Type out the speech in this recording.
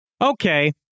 Okay